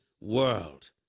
world